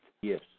Yes